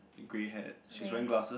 grey hair she wearing glasses